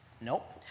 Nope